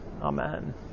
Amen